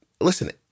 listen